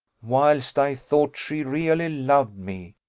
whilst i thought she really loved me,